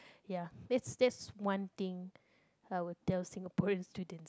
ya that's that's one thing I would tell Singaporeans to